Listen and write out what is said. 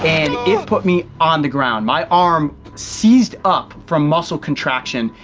and it put me on the ground, my arm seized up from muscle contraction.